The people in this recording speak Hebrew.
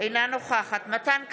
אינה נוכחת מתן כהנא,